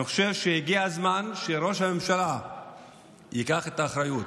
אני חושב שהגיע הזמן שראש הממשלה ייקח את האחריות.